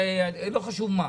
לא חשוב מה.